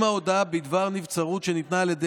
אם ההודעה בדבר נבצרות שניתנה על ידי